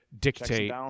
dictate